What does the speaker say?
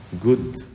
good